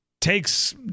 takes